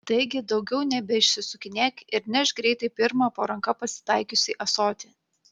taigi daugiau nebeišsisukinėk ir nešk greitai pirmą po ranka pasitaikiusį ąsotį